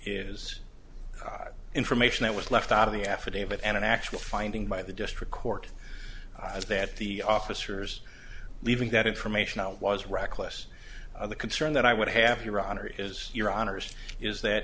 is information that was left out of the affidavit and an actual finding by the district court eyes that the officers leaving that information out was reckless the concern that i would have your honor is your honour's is that